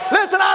Listen